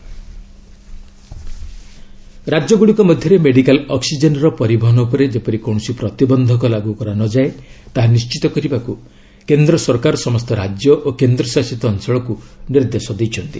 centre oxygen ରାଜ୍ୟଗୁଡ଼ିକ ମଧ୍ୟରେ medical ଅକ୍କିଜେନ୍ର ପରିବହନ ଉପରେ ଯେପରି କୌଣସି ପ୍ରତିବନ୍ଧକ ଲାଗୁ କରା ନ ଯାଏ ତାହା ନିଶ୍ଚିତ କରିବାକୁ କେନ୍ଦ୍ର ସରକାର ସମସ୍ତ ରାଜ୍ୟ ଓ କେନ୍ଦ୍ରଶାସିତ ଅଞ୍ଚଳକୁ ନିର୍ଦ୍ଦେଶ ଦେଇଛନ୍ତି